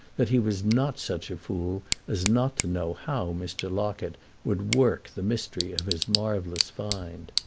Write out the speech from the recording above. that he was not such a fool as not to know how mr. locket would work the mystery of his marvellous find.